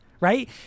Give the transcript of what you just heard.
right